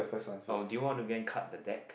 or do you want to go and cut the deck